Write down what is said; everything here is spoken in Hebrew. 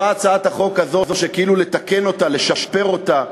באה הצעת החוק הזאת כאילו לתקן אותו, לשפר אותו,